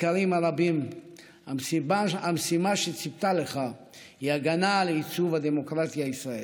בבקרים הרבים המשימה שציפתה לך הייתה הגנה על ייצוב הדמוקרטיה הישראלית.